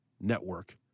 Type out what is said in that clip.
network